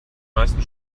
meisten